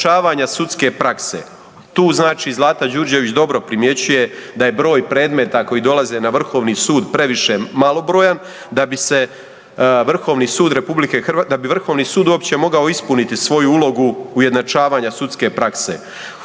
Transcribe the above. ujednačavanja sudske prakse. Tu znači Zlata Đurđević dobro primjećuje, da je broj predmeta koji dolaze na Vrhovni sud previše malobrojan da bi Vrhovni sud uopće mogao ispuniti svoju ulogu ujednačavanja sudske prakse.